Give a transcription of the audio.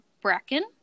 Bracken